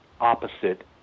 opposite